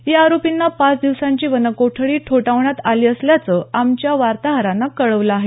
या आरोपींना पाच दिवसांची वनकोठडी ठोठावण्यात आली असल्याचं आमच्या वार्ताहरानं कळवलं आहे